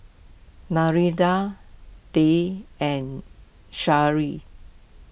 Narendra Dev and